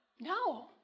No